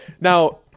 Now